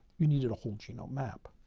you needed a whole genome map.